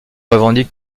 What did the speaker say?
revendique